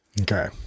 Okay